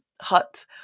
hut